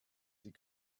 sie